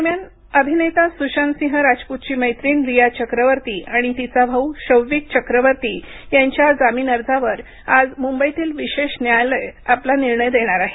दरम्यान अभिनेता सुशांत सिंह राजपूतची मैत्रीण रिया चक्रवर्ती आणि तिचा भाऊ शौविक चक्रवर्ती यांच्या जामीन अर्जावर आज मुंबईतील विशेष न्यायालय आपला निर्णय देणार आहे